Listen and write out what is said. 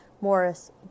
Morris